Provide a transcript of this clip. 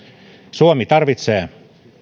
suomi tarvitsee